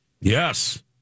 Yes